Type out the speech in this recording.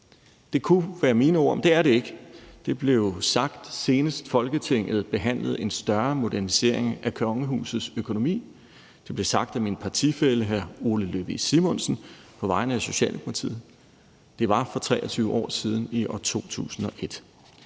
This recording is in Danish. Det kunne være mine ord, men det er det ikke. Det blev sagt, senest Folketinget behandlede en større modernisering af kongehusets økonomi. Det blev sagt af min partifælle hr. Ole Løvig Simonsen på vegne af Socialdemokratiet. Det var for 23 år siden, i år 2001.